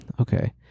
okay